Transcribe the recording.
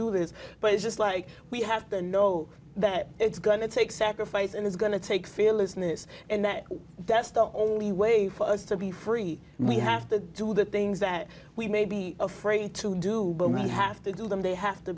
do this but it's just like we have to know that it's going to take sacrifice and it's going to take fearlessness and that that's the only way for us to be free we have to do the things that we may be afraid to do you have to do them they have to